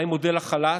מה עם מודל החל"ת?